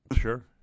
Sure